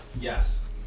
Yes